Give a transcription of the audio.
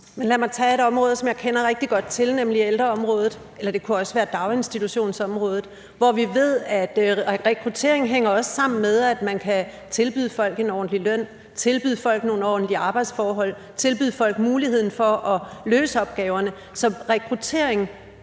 Lad mig tage et område, som jeg kender rigtig godt til, nemlig ældreområdet, men det kunne også være daginstitutionsområdet. Dér ved vi, at rekrutteringen også hænger sammen med, at man kan tilbyde folk en ordentlig løn, tilbyde folk nogle ordentlige arbejdsforhold og tilbyde folk muligheden for at løse opgaverne. Så rekruttering